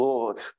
Lord